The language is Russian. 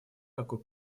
какой